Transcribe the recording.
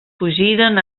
fugiren